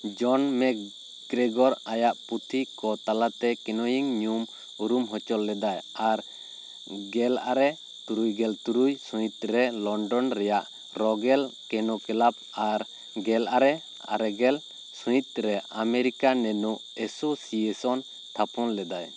ᱡᱚᱱ ᱢᱮᱠᱜᱨᱮᱜᱚᱨ ᱟᱭᱟᱜ ᱯᱩᱛᱷᱤ ᱠᱚ ᱛᱟᱞᱟᱛᱮ ᱠᱮᱱᱳᱭᱤᱝ ᱧᱩᱢ ᱩᱨᱩᱢ ᱦᱚᱪ ᱞᱮᱫᱟᱭ ᱟᱨ ᱜᱮᱞ ᱟᱨᱮ ᱛᱩᱨᱩᱭ ᱜᱮᱞ ᱛᱩᱨᱩᱭ ᱥᱟᱹᱦᱤᱛ ᱨᱮ ᱞᱚᱱᱰᱚᱱ ᱨᱮᱭᱟᱜ ᱨᱚᱜᱮᱞ ᱠᱮᱱᱳ ᱠᱮᱞᱟᱵ ᱟᱨ ᱜᱮᱞ ᱟᱨᱮ ᱟᱨᱮᱜᱮᱞ ᱥᱟᱹᱦᱤᱛ ᱨᱮ ᱟᱢᱮᱨᱤᱠᱟ ᱱᱮᱱᱳ ᱮᱥᱳᱥᱤᱭᱮᱥᱚᱱ ᱛᱷᱟᱯᱚᱱ ᱞᱮᱫᱟᱭ